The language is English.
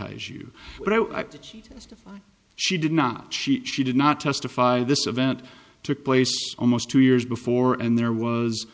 as if she did not she she did not testify this event took place almost two years before and there was